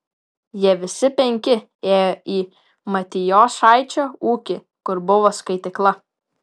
jie visi penki ėjo į matijošaičio ūkį kur buvo skaitykla